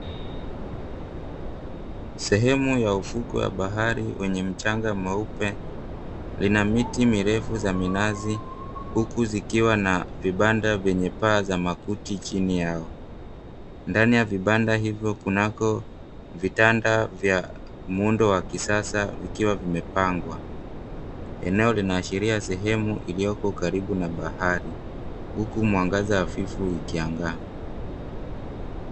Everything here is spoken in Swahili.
Sehemu ya ufuko wa bahari wenye mchanga mweupe lina miti mirefu za minazi huku zikiwa na vibanda vyenye paa za makuti chini yao. Ndani ya vibanda hivyo kunako vitanda vya muundo wa kisasa vikiwa vimepangwa. Eneo linaashiria sehemu iliyoko karibu na bahari. Huku mwangaza hafifu ukiangaa.